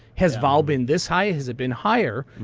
has vol been this high, has it been higher?